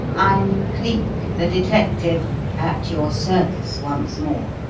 i'm cleek, the detective at your service once more.